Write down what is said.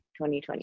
2020